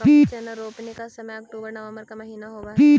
काबुली चना रोपने का समय अक्टूबर नवंबर का महीना होवअ हई